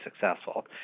successful